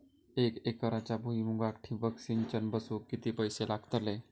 एक एकरच्या भुईमुगाक ठिबक सिंचन बसवूक किती पैशे लागतले?